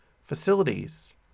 facilities